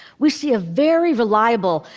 we see a very reliable,